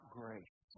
grace